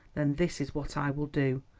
then this is what i will do.